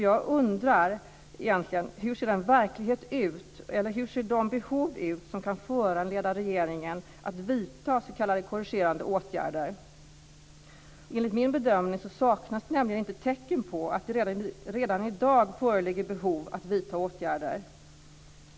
Jag undrar hur de behov egentligen ser ut som kan föranleda regeringen att vidta s.k. korrigerande åtgärder. Enligt min bedömning saknas nämligen inte tecken på att det redan i dag föreligger behov av att vidta åtgärder.